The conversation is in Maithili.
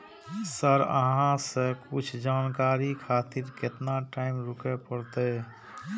सर अहाँ से कुछ जानकारी खातिर केतना टाईम रुके परतें?